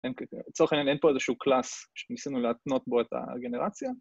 לצורך העניין אין פה איזשהו קלאס שניסינו להתנות בו את הגנרציה?